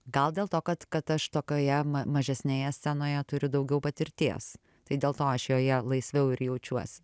gal dėl to kad kad aš tokioje mažesnėje scenoje turiu daugiau patirties tai dėl to aš joje laisviau ir jaučiuos